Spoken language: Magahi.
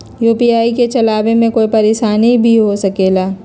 यू.पी.आई के चलावे मे कोई परेशानी भी हो सकेला?